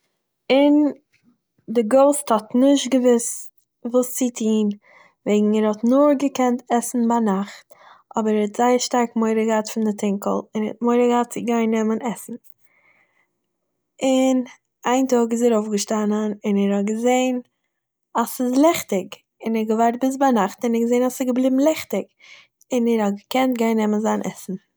און די גאוסט האט נישט געוואוסט וואס צו טוהן וועגן ער האט נאר געקענט עסן ביינאכט, אבער ער האט זייער שטארק מורא געהאט פון די טונקל און ער האט מורא געהאט צו גיין נעמען עסן. און איין טאג איז ער אויפגעשטאנען און ער האט געזעהן אז ס'איז ליכטיג! און ער האט געווארט ביז ביינאכט און ער האט געזעהן אז עס איז געבליבן ליכטיג, און ער האט געקענט גיין נעמען זיין עסן